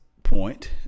point